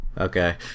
Okay